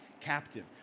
captive